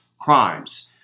crimes